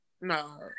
no